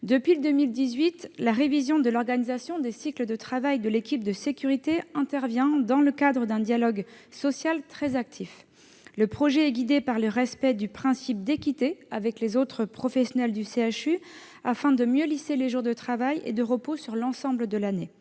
Depuis 2018, la révision de l'organisation des cycles de travail de l'équipe de sécurité intervient dans le cadre d'un dialogue social très actif. Le projet est élaboré dans le respect du principe d'équité avec les autres professionnels du CHU, afin de mieux lisser les jours de travail et de repos sur l'ensemble de l'année.